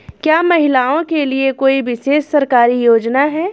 क्या महिलाओं के लिए कोई विशेष सरकारी योजना है?